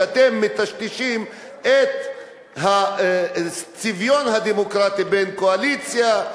שאתם מטשטשים את הצביון הדמוקרטי בין קואליציה,